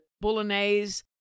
bolognese